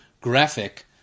graphic